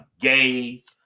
gays